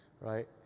right